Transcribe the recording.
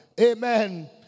amen